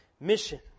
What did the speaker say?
mission